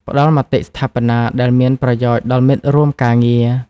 ផ្តល់មតិស្ថាបនាដែលមានប្រយោជន៍ដល់មិត្តរួមការងារ។